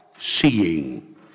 Seeing